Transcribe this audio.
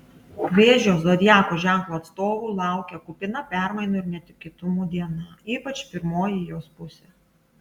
vėžio zodiako ženklo atstovų laukia kupina permainų ir netikėtumų diena ypač pirmoji jos pusė